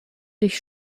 durch